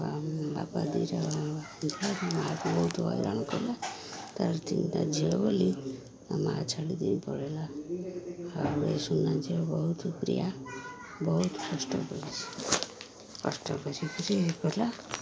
ଆଉ ବାପା ଥିଲା ମା'କୁ ବହୁତ ହଇରାଣ କଲା ତାର ତା' ଝିଅ ବୋଲି ମା' ଛାଡ଼ିକି ପଳେଇଲା ଆଉ ଏ ସୁନା ଝିଅ ବହୁତ ପ୍ରିୟା ବହୁତ କଷ୍ଟ କରିଛି କଷ୍ଟ କରିକରି କଲା